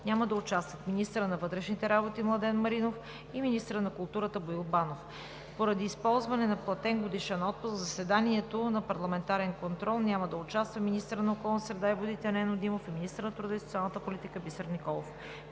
няма да участват министърът на вътрешните работи Младен Маринов и министърът на културата Боил Банов. Поради ползване на платен годишен отпуск в заседанието за парламентарен контрол няма да участват министърът на околната среда и водите Нено Димов и министърът на труда и социалната политика Бисер Петков.